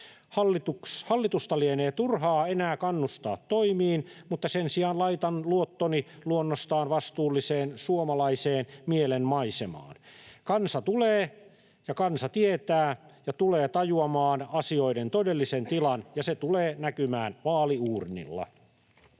Hallitusta lienee turhaa enää kannustaa toimiin, mutta sen sijaan laitan luottoni luonnostaan vastuulliseen suomalaiseen mielenmaisemaan. Kansa tulee ja kansa tietää ja tulee tajuamaan asioiden todellisen tilan, ja se tulee näkymään vaaliuurnilla.